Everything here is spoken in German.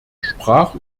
sprach